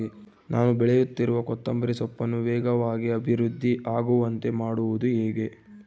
ನಾನು ಬೆಳೆಸುತ್ತಿರುವ ಕೊತ್ತಂಬರಿ ಸೊಪ್ಪನ್ನು ವೇಗವಾಗಿ ಅಭಿವೃದ್ಧಿ ಆಗುವಂತೆ ಮಾಡುವುದು ಹೇಗೆ?